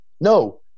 no